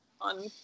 on